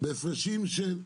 ההפרשים גדולים,